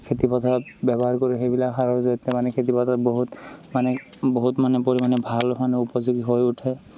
খেতিপথাৰত ব্যৱহাৰ কৰোঁ সেইবিলাক সাৰৰ জৰিয়তে মানে খেতিপথাৰত বহুত মানে বহুত মানে পৰিমাণে ভাল হয় ন উপযোগী হৈ উঠে